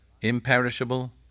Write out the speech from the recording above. imperishable